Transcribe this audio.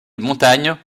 montagne